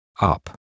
up